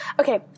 okay